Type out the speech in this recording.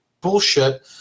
bullshit